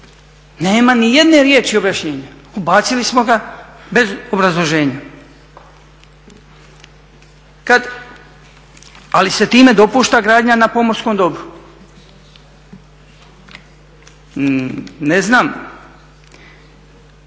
Nema ni jedne riječi objašnjenja, ubacili smo ga bez obrazloženja, ali se time dopušta gradnja na pomorskom dobru. Ne znam